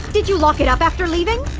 did you lock it up after leaving?